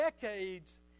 decades